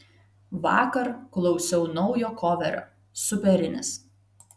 vakar klausiau naujo koverio superinis